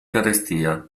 carestia